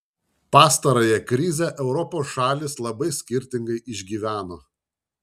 pastarąją krizę europos šalys labai skirtingai išgyveno